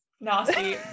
Nasty